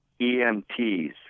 EMTs